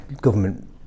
government